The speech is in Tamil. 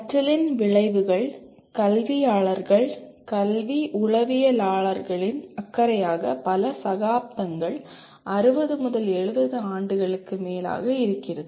கற்றலின் விளைவுகள் கல்வியாளர்கள் கல்வி உளவியலாளர்களின் அக்கறையாக பல சகாப்தங்கள் 60 70 ஆண்டுகளுக்கு மேலாக இருக்கிறது